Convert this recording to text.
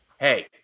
hey